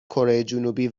کرهجنوبی